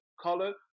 Color